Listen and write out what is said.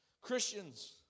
Christians